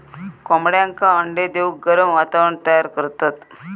कोंबड्यांका अंडे देऊक गरम वातावरण तयार करतत